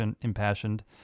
impassioned